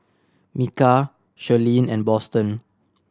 Micah Shirleen and Boston